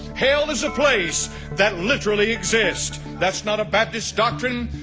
hell is a place that literally exists. that's not a baptist doctrine.